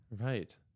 Right